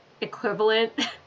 equivalent